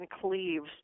Cleves